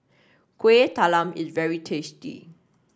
Kuih Talam is very tasty